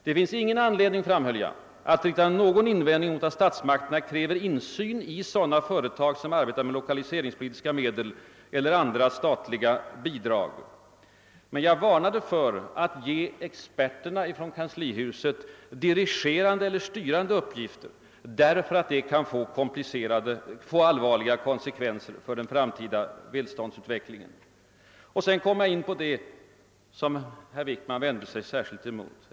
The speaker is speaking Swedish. »Det finns ingen anledning», framhöll jag, »att rikta någon invändning mot att statsmakterna kräver rätt till insyn i sådana företag som arbetar med lokaliseringspolitiska medel eller med andra statliga bidrag.» Men jag varnade för att ge experterna från kanslihuset dirigerande eller styrande uppgifter, eftersom det kan få allvarliga konsekvenser för den framtida välståndsutvecklingen. Jag kom därefter in på det som herr Wickman vände sig särskilt emot.